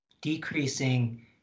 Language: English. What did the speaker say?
decreasing